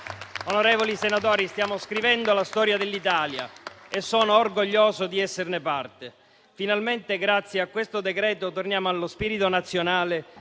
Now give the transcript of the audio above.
Onorevoli senatori, stiamo scrivendo la storia dell'Italia e sono orgoglioso di esserne parte. Finalmente, grazie a questo decreto-legge, torniamo allo spirito nazionale